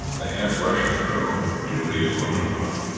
the half russian girl, julia romaninov,